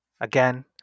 Again